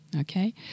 Okay